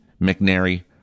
McNary